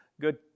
good